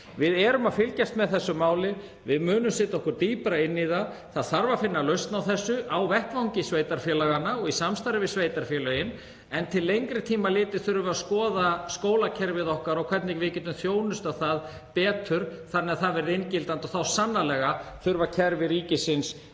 Við erum að fylgjast með þessu máli. Við munum setja okkur dýpra inn í það. Það þarf að finna lausn á þessu á vettvangi sveitarfélaganna og í samstarfi við sveitarfélögin en til lengri tíma litið þurfum við að skoða skólakerfið okkar og hvernig við getum þjónustað það betur þannig að það verði inngildandi. Þá þurfa kerfi ríkisins